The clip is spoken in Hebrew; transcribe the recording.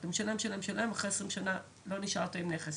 אתה משלם ומשלם ואחרי 20 שנה לא נשארת עם הנכס